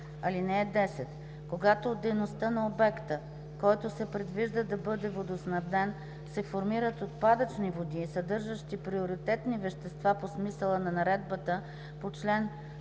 10: „(10) Когато от дейността на обекта, който се предвижда да бъде водоснабден, се формират отпадъчни води, съдържащи приоритетни вещества по смисъла на наредбата по чл.